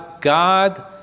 God